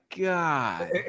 God